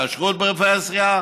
כשרות בפרהסיה,